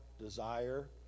desire